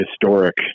historic